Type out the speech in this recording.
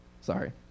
sorry